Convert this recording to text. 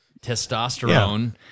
testosterone